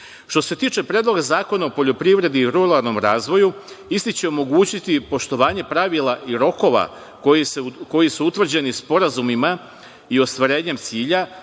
se tiče Predloga zakona o poljoprivredi i ruralnom razvoju, isti će omogućiti poštovanje pravila i rokova koji su utvrđeni sporazumima i ostvarenjem cilja,